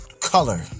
color